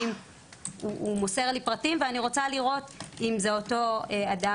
הוא מוסר לי פרטים ואני רוצה לראות אם זה אותו אדם,